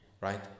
right